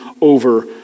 over